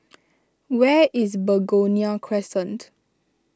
where is Begonia Crescent